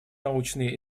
научные